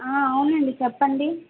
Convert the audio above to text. ఆ అవునండి చెప్పండి